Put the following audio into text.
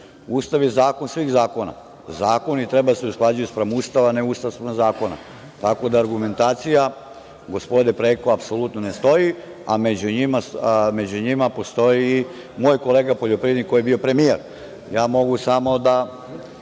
Ustav je zakon svih zakona. Zakoni treba da se usklađuju spram Ustava, a ne Ustav spram zakona, tako da argumentacija gospode preko apsolutno ne stoji, a među njima stoji moj kolega poljoprivrednik koji je bio premijer. Ja mogu samo da